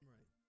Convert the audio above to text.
Right